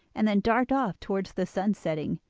and then dart off towards the sun-setting.